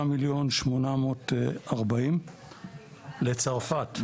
3,840,000. לצרפת.